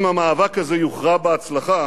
אם המאבק הזה יוכרע בהצלחה,